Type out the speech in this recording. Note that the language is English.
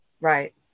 Right